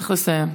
צריך לסיים.